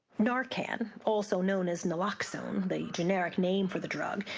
narcan also known as naloxone, the generic name for the drug,